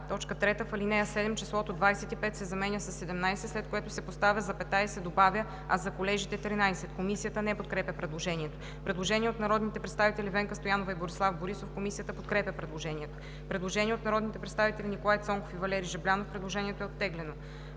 така: „3. В ал. 7 числото „25“ се заменя със „17“, след което се поставя запетая и се добавя „а за колежите – 13,“. Комисията не подкрепя предложението. Предложение от народните представители Венка Стоянова и Борислав Борисов. Комисията подкрепя предложението. Предложение от народните представители Николай Цонков и Валери Жаблянов. Предложението е оттеглено.